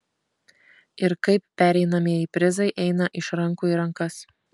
ir kaip pereinamieji prizai eina iš rankų į rankas